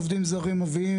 מביאים עובדים זרים לאיפה שחסר?